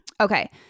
okay